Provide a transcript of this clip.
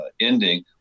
ending